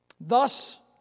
Thus